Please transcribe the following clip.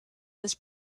this